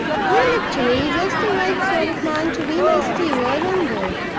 you look to me just the right sort of man to be my steward on board.